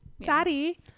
Daddy